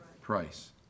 price